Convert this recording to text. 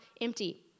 empty